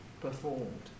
performed